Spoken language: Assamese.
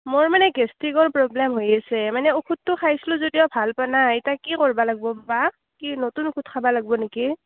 মোৰ মানে গেষ্ট্ৰিকৰ প্ৰব্লেম হৈ আছে মানে ঔষধটো খাইছিলোঁ যদিও ভাল পোৱা নাই এতিয়া কি কৰিব লাগিব বা কি নতুন ঔষধ খাব লাগিব নেকি